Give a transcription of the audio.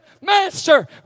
Master